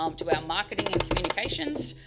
um to our marketing and communications,